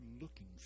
looking